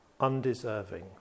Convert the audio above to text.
Undeserving